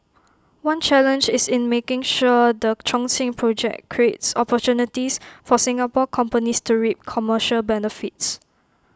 one challenge is in making sure the Chongqing project creates opportunities for Singapore companies to reap commercial benefits